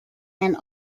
and